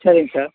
சரிங்க சார்